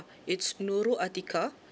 it's nurul atikah